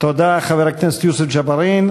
תודה, חבר הכנסת יוסף ג'בארין.